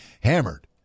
hammered